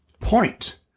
point